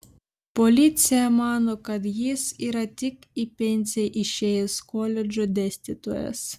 policija mano kad jis yra tik į pensiją išėjęs koledžo dėstytojas